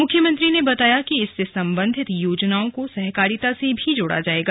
मुख्यमंत्री ने बताया कि इससे संबंधित योजनाओं को सहकारिता से भी जोड़ा जायेगा